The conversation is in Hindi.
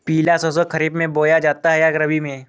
पिला सरसो खरीफ में बोया जाता है या रबी में?